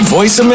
Voice